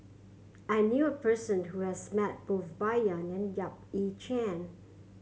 I knew a person who has met both Bai Yan and Yap Ee Chian